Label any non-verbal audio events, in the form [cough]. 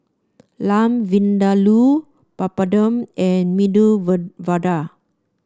Lamb Vindaloo Papadum and Medu [unintelligible] Vada